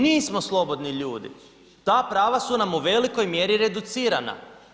Nismo slobodni ljudi, ta prava su nam u velikoj mjeri reducirana.